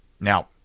Now